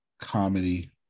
comedy